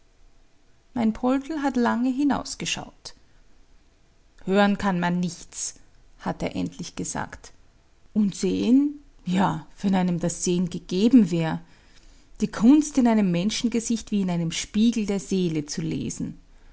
mein poldl hat lange hinausgeschaut hören kann man nichts hat er endlich gesagt und sehen ja wenn einem das sehen gegeben wär die kunst in einem menschengesicht wie in einem spiegel der seele zu lesen